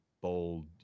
bold